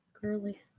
girly